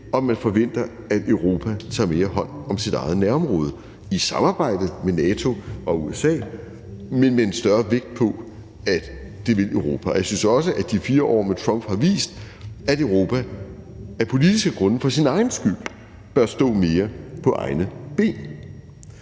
og man forventer, at Europa tager mere hånd om sit eget nærområde i samarbejde med NATO og USA, men med en større vægt på, at det vil Europa. Jeg synes også, at de 4 år med Trump har vist, at Europa af politiske grunde, for sin egen skyld, bør stå mere på egne ben.